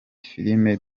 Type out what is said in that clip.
filime